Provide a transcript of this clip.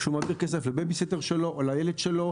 כשהוא מעביר כסף לבייביסיטר שלו או סתם